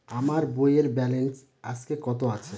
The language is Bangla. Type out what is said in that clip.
আমার বইয়ের ব্যালেন্স আজকে কত আছে?